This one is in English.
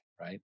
right